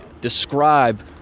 describe